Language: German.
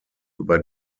über